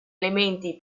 elementi